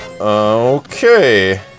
Okay